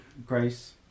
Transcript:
Grace